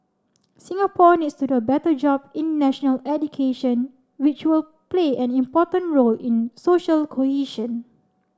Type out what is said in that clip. Singapore needs to do a better job in national education which will play an important role in social cohesion